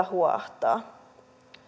huoahtaa